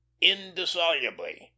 indissolubly